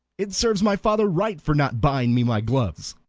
it serves my father right for not buying me my gloves.